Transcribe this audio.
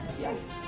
Yes